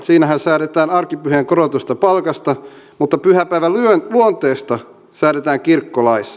siinähän säädetään arkipyhien korotetusta palkasta mutta pyhäpäivän luonteesta säädetään kirkkolaissa